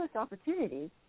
opportunities